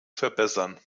verbessern